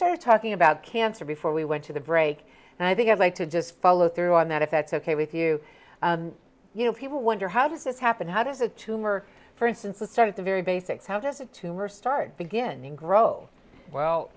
just are talking about cancer before we went to the break and i think i'd like to just follow through on that if that's ok with you you know people wonder how does this happen how does a tumor for instance let's start at the very basics how does a tumor start beginning grow well